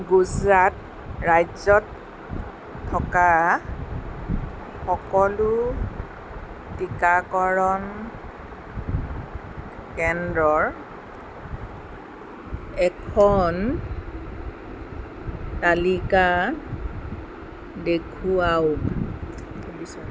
গুজৰাট ৰাজ্যত থকা সকলো টিকাকৰণ কেন্দ্ৰৰ এখন তালিকা দেখুৱাওক